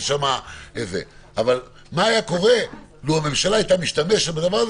אבל מה היה קורה לו שהממשלה היתה משתמשת בזה,